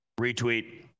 retweet